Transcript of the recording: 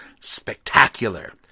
spectacular